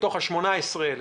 73,000